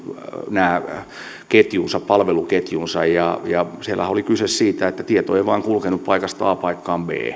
palveluketjunsa ja ja siellähän oli kyse siitä että tieto ei vain kulkenut paikasta a paikkaan